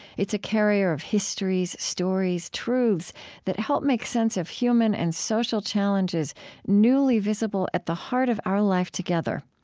it's a carrier of histories, stories, truths that help make sense of human and social challenges newly visible at the heart of our life together.